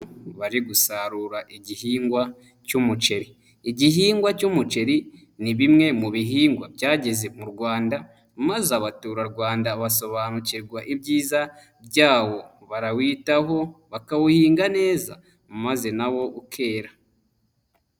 Abari gusarura igihingwa cy'umuceri. Igihingwa cy'umuceri ni bimwe mu bihingwa byageze mu Rwanda, maze abaturarwanda basobanukirwa ibyiza byawo, barawitaho, bakawuhinga neza maze na wo ukera.